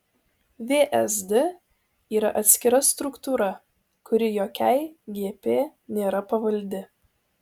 vsd yra atskira struktūra kuri jokiai gp nėra pavaldi